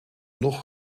nog